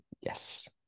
Yes